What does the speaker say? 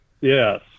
Yes